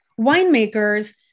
winemakers